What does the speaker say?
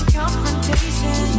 confrontation